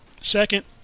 second